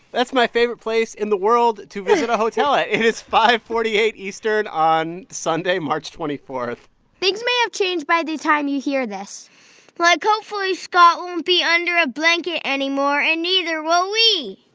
that's my favorite place in the world to visit a hotel. it is five forty eight eastern on sunday, march twenty four point things may have changed by the time you hear this like hopefully, scott won't be under a blanket anymore, and neither will we